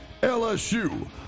LSU